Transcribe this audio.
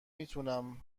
میتونم